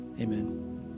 Amen